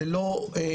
זה לא מקרה.